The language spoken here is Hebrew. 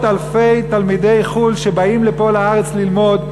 אלפי תלמידי חו"ל שבאים לפה לארץ ללמוד.